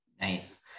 Nice